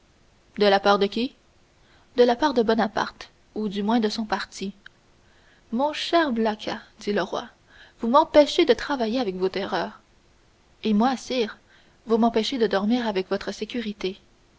de la part de qui de la part de bonaparte ou du moins de son parti mon cher blacas dit le roi vous m'empêchez de travailler avec vos terreurs et moi sire vous m'empêchez de dormir avec votre sécurité